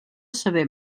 saber